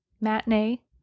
matinee